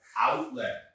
outlet